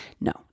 No